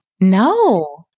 No